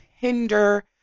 hinder